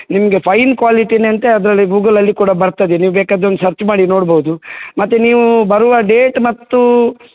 ನಿಮಗೆ ಫೈನ್ ಕ್ವಾಲಿಟಿಯೇ ಅಂತೆ ಅದರಲ್ಲಿ ಗೂಗಲಲ್ಲಿ ಕೂಡ ಬರ್ತದೆ ನೀವು ಬೇಕಾದರೆ ಒಂದು ಸರ್ಚ್ ಮಾಡಿ ನೋಡಬೋದು ಮತ್ತೆ ನೀವು ಬರುವ ಡೇಟ್ ಮತ್ತು